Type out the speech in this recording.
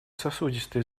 сосудистые